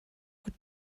what